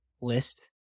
list